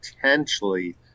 potentially